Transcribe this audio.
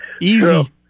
Easy